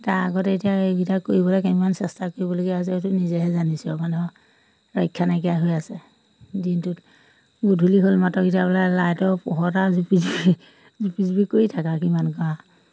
তাৰ আগতে এতিয়া এইকেইটা কৰিবলৈ কেইদিনমান চেষ্টা কৰিবলগীয়া হৈছে সেইটো নিজেহে জানিছোঁ মানুহৰ ৰক্ষা নাইকিয়া হৈ আছে দিনটোত গধূলি হ'ল মাত্ৰক এতিয়া বোলে লাইটৰ পোহৰত আৰু জুপি জুপি জুপি জুপি কৰি থাকা কিমান কৰা